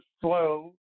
slow